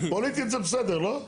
פוליטית זה בסדר, לא?